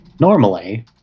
Normally